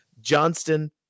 Johnston